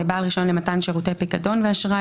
בעל רישיון למתן שירותי פיקדון ואשראי